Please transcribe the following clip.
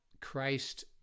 Christ